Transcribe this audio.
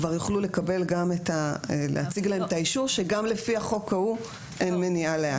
כבר יוכלו להציג להם את האישור שגם לפי החוק ההוא אין מניעה להעסיק.